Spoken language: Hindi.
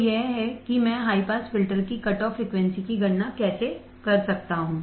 तो यह है कि मैं हाई पास फिल्टर की कटऑफ फ्रिकवेंसी की गणना कैसे कर सकता हूं